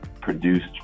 produced